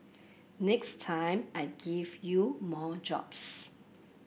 next time I give you more jobs